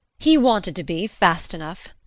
he wanted to be, fast enough,